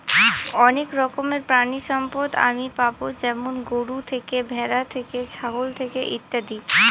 অনেক রকমের প্রানীসম্পদ আমি পাবো যেমন গরু থেকে, ভ্যাড়া থেকে, ছাগল থেকে ইত্যাদি